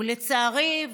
ולצערי,